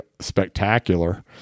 spectacular